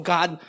God